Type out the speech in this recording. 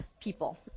people